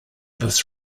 this